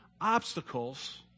obstacles